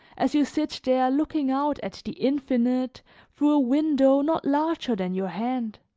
as you sit there looking out at the infinite through a window not larger than your hand.